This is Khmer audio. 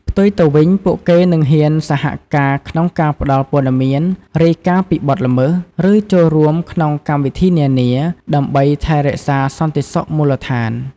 ផ្ទុយទៅវិញ ពួកគេនឹង ហ៊ានសហការ ក្នុងការផ្តល់ព័ត៌មាន រាយការណ៍ពីបទល្មើស ឬចូលរួមក្នុងកម្មវិធីនានា ដើម្បីថែរក្សាសន្តិសុខមូលដ្ឋាន។